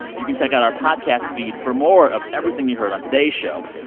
you can check out our podcast feed for more of everything you heard on today's show,